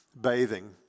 bathing